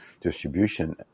distribution